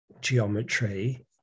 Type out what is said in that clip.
geometry